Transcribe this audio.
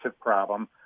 problem